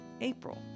April